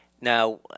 now